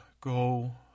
go